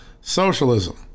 socialism